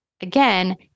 again